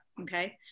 Okay